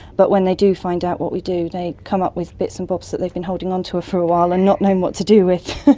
but when they do find out what they do, they come up with bits and bobs that they've been holding onto ah for a while and not known what to do with.